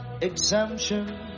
exemption